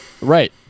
Right